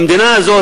במדינה הזאת,